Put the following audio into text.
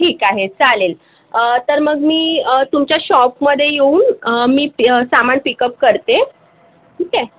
ठीक आहे चालेल तर मग मी तुमच्या शॉपमध्ये येऊन मी पी सामान पिकप करते ठीक आहे